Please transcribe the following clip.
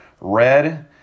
Red